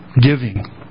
Giving